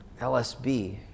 LSB